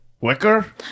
Wicker